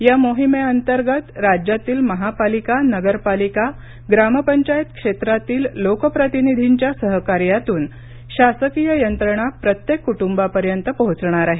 या मोहिमेअंतर्गत राज्यातील महापालिका नगरपालिका ग्रामपंचायत क्षेत्रातील लोकप्रतिनिधींच्या सहकार्यातून शासकीय यंत्रणा प्रत्येक कुटुंबापर्यंत पोहोचणार आहे